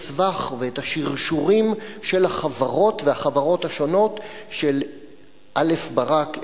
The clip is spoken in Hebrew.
הסבך ואת השרשורים של החברות והחברות השונות של א' ברק,